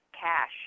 cash